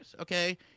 okay